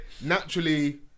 naturally